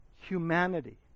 humanity